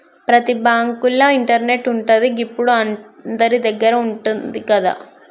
ప్రతి బాంకుల ఇంటర్నెటు ఉంటది, గిప్పుడు అందరిదగ్గర ఉంటంది గదా